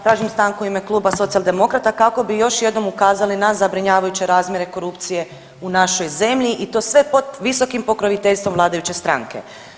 Tražim stanku u ime Kluba Socijaldemokrata kako bi još jednom ukazali na zabrinjavajuće razmjere korupcije u našoj zemlji to sve pod visokim pokroviteljstvom vladajuće stranke.